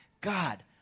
God